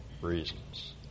reasons